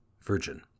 Virgin